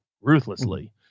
ruthlessly